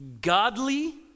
Godly